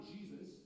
Jesus